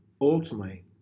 ultimately